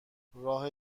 راه